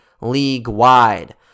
league-wide